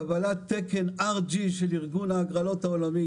קבלת תקן RG של ארגון ההגרלות העולמי,